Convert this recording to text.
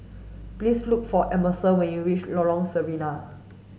please look for Emerson when you reach Lorong Sarina